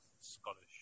Scottish